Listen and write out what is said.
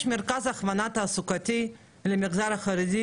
יש מרכז הכוונה תעסוקתי למגזר החרדי?